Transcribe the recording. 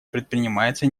предпринимается